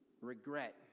regret